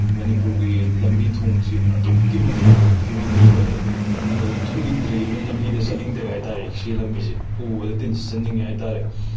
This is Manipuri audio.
ꯃꯅꯤꯄꯨꯔꯒꯤ ꯂꯝꯕꯤ ꯊꯣꯡꯁꯤ ꯑꯗꯨꯛꯀꯤ ꯃꯇꯤꯛ ꯐꯤꯕꯝ ꯁꯣꯛꯑꯦ ꯑꯩꯈꯣꯏ ꯊꯣꯛꯅꯤꯡꯗ꯭ꯔꯦ ꯏꯕꯟ ꯂꯝꯕꯤꯗ ꯆꯠꯅꯤꯡꯗ꯭ꯔꯦ ꯍꯥꯏ ꯇꯥꯔꯦ ꯁꯤ ꯂꯝꯕꯤꯖꯤ ꯎꯕꯗ ꯇꯤꯟ ꯁꯤꯆꯟꯅꯤꯡꯉꯦ ꯍꯥꯏ ꯇꯥꯔꯦ